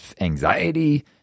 anxiety